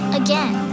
again